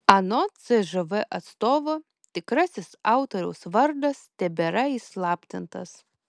anot cžv atstovo tikrasis autoriaus vardas tebėra įslaptintas